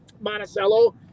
Monticello